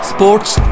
Sports